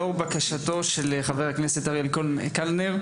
לאור בקשתו של חבר הכנסת אריאל קלנר,